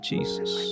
Jesus